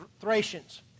Thracians